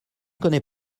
connais